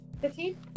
Fifteen